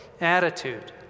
attitude